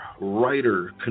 writer